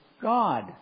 God